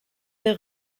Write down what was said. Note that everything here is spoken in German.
der